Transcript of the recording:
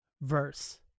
verse